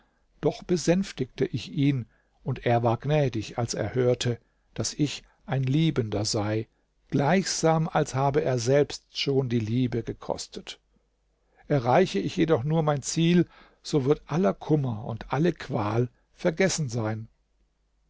doch besänftigte ich ihn und er war gnädig als er hörte daß ich ein liebender sei gleichsam als habe er selbst schon die liebe gekostet erreiche ich jedoch nur mein ziel so wird aller kummer und alle qual vergessen sein